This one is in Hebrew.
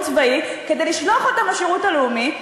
צבאי כדי לשלוח אותם לשירות הלאומי.